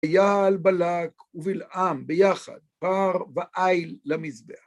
‫ויעל בלק ובלעם ביחד פר ואיל למזבח.